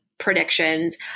predictions